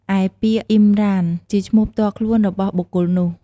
ឯពាក្យអ៊ីមរ៉ាន ជាឈ្មោះផ្ទាល់ខ្លួនរបស់បុគ្គលនោះ។